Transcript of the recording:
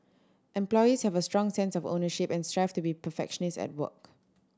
employees have a strong sense of ownership and strive to be perfectionist at work